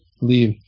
leave